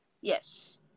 Yes